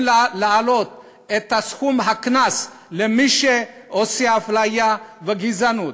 להעלות את סכום הקנס למי שנוהג אפליה וגזענות.